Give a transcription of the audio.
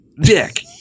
dick